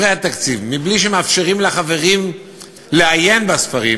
התקציב מבלי שמאפשרים לחברים לעיין בספרים,